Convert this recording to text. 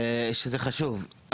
שזה חשוב.